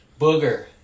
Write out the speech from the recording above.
Booger